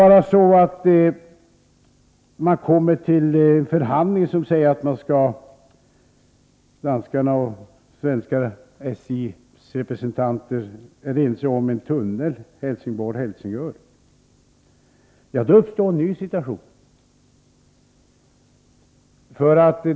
Nr 65 Skulle man i en förhandling komma till att representanter för de danska och svenska järnvägarna blir överens om en tunnel Hälsingborg-Helsingör, uppstår en ny situation.